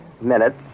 minutes